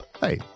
Hey